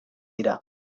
dira